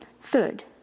Third